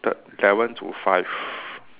t~ seven to five